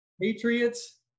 Patriots